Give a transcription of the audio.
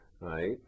right